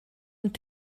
und